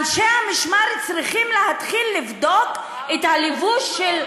אנשי המשמר צריכים להתחיל לבדוק את הלבוש?